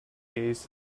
gaze